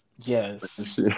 Yes